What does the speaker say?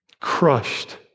crushed